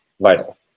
vital